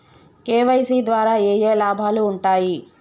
KYC ద్వారా ఏఏ లాభాలు ఉంటాయి?